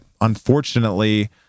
unfortunately